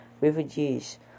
refugees